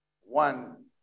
one